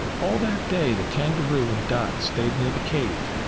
all that day the kangaroo and dot stayed near the cave,